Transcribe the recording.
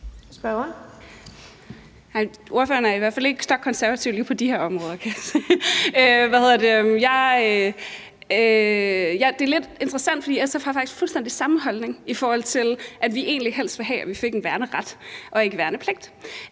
Ordføreren er i hvert fald ikke stokkonservativ lige på de her områder. Det er lidt interessant, for SF har faktisk fuldstændig samme holdning, i forhold til at vi egentlig helst vil have, at vi fik en værneret og ikke havde en værnepligt.